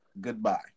goodbye